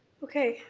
okay,